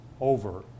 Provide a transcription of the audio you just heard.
over